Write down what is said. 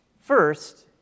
First